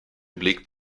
belegt